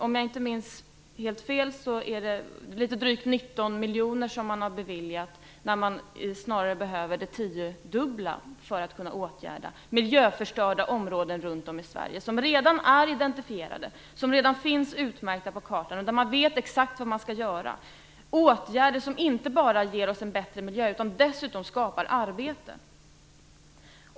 Om jag inte minns helt fel är det litet drygt 19 miljoner som man har beviljat, när man snarare behöver det tiodubbla för att kunna åtgärda miljöförstörda områden runt om i Sverige som redan är identifierade, som redan finns utmärkta på kartan och där man vet exakt vad man skall göra, åtgärder som inte bara ger oss en bättre miljö, utan dessutom skapar arbete.